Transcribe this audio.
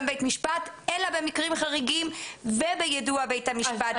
בית משפט אלא במקרים חריגים וביידוע בית המשפט.